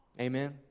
Amen